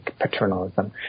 paternalism